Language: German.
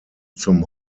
zum